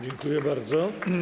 Dziękuję bardzo.